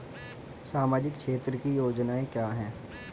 सामाजिक क्षेत्र की योजनाएं क्या हैं?